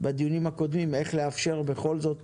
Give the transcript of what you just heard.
בדיונים הקודמים, איך לאפשר בכל זאת